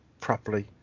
properly